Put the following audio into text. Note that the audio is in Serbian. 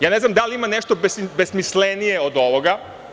Ja ne znam da li ima nešto besmislenije od ovoga.